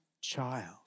child